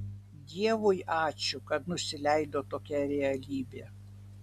dievui ačiū kad nusileido tokia realybė